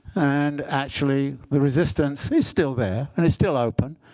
and actually, the resistance is still there. and it's still open.